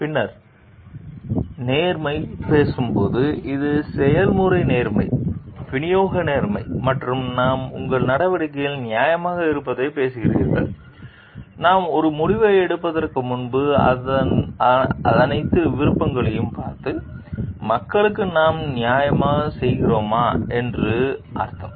நீங்கள் பின்னர் நேர்மை பேசும் போது அது செயல்முறை நேர்மை விநியோக நேர்மை மற்றும் நாம் உங்கள் நடவடிக்கைகளில் நியாயமாக இருப்பதை பேசுகிறீர்கள் நாம் ஒரு முடிவை எடுப்பதற்கு முன்பு அனைத்து விருப்பங்களையும் பார்த்து மக்களுக்கு நாம் நியாயம் செய்கிறோமா என்று அர்த்தம்